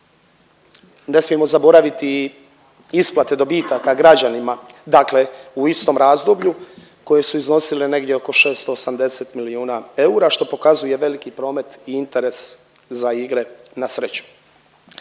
ne smijemo zaboraviti i isplate dobitaka građanima dakle u istom razdoblju koje su iznosila negdje oko 680 milijuna eura, što pokazuje veliki promet i interes za igre na sreću.